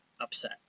upset